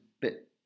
bit